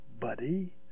buddy